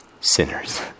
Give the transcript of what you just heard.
Sinners